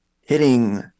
hitting